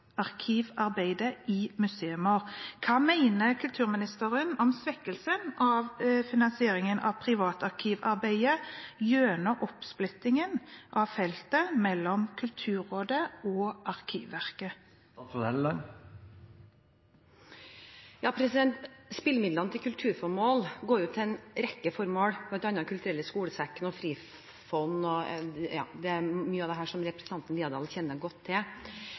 i museer. Hva mener kulturministeren om svekkelsen av finansieringen av privatarkivarbeidet gjennom oppsplittingen av feltet mellom Kulturrådet og Arkivverket? Spillemidlene til kulturformål går til en rekke formål, bl.a. Den kulturelle skolesekken og Frifond. Det er mye av dette representanten Haukeland Liadal kjenner godt til.